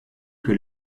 que